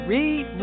Read